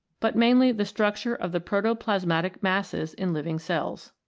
but mainly the structure of the protoplasmatic masses in living cells.